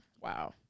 Wow